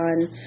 on